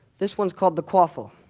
this one's called the quaffle.